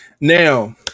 Now